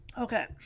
Okay